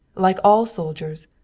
like all soldiers,